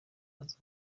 aza